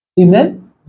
amen